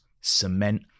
cement